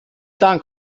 dank